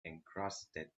encrusted